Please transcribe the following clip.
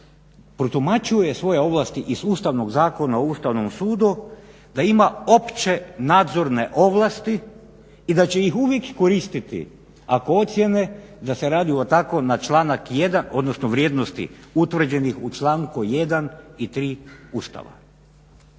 protumačio je svoje ovlasti iz Ustavnog zakona o Ustavnom sudu da ima opće nadzorne ovlasti i da će ih uvijek koristiti ako ocijene da se radi … na članak 1., odnosno vrijednosti utvrđenih u članku 1. i 3. Ustava.